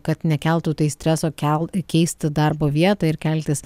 kad nekeltų tai streso kelt keisti darbo vietą ir keltis